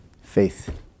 faith